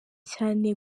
cyane